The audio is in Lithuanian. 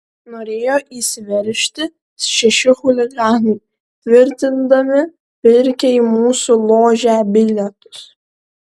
norėjo įsiveržti šeši chuliganai tvirtindami pirkę į mūsų ložę bilietus